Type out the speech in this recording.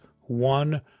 one